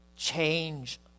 change